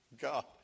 God